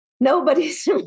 Nobody's